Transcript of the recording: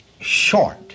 short